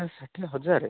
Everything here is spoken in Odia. ପଚାଶ ଷାଠିଏ ହଜାର